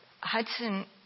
Hudson